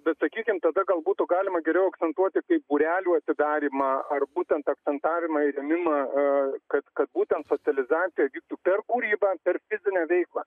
bet sakykim tada gal būtų galima geriau akcentuoti kaip būrelių atidarymą ar būtent akcentavimą ir rėmimą kad kad būtent socializacija vyktų per kūrybą per fizinę veiklą